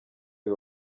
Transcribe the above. uyu